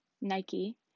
Nike